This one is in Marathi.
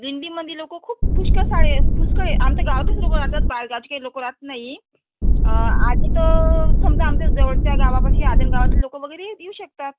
दिंडीमध्ये लोक खूप पुष्कळ साडे पुष्कळ आमच्या गावातेच लोक राहतात बाहेरगावचे काही लोक राहत नाही आता तर समजा आमच्या जवळच्या गावापाशी आदिन गावातील लोक वगैरे येत येऊ शकतात